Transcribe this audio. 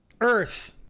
Earth